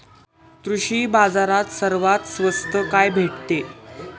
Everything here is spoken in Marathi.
कृषी बाजारात सर्वात स्वस्त काय भेटते?